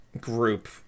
group